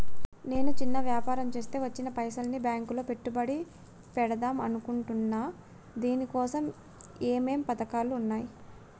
నేను చిన్న వ్యాపారం చేస్తా వచ్చిన పైసల్ని బ్యాంకులో పెట్టుబడి పెడదాం అనుకుంటున్నా దీనికోసం ఏమేం పథకాలు ఉన్నాయ్?